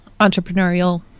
entrepreneurial